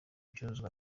bicuruzwa